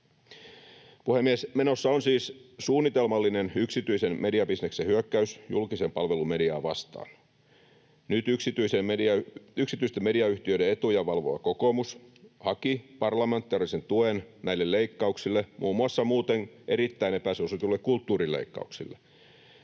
Puhemies! Menossa on siis suunnitelmallinen yksityisen mediabisneksen hyökkäys julkisen palvelun mediaa vastaan. Nyt yksityisten mediayhtiöiden etuja valvova kokoomus haki parlamentaarisen tuen näille leikkauksille, muun muassa muuten erittäin epäsuosituille kulttuurileikkauksille.